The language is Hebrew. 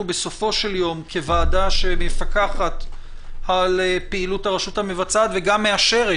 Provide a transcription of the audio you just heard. בסופו של יום כוועדה שמפקחת על פעילות הרשות המבצעת וגם מאשרת